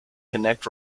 connect